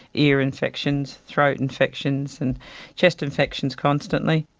ear infections, throat infections, and chest infections constantly.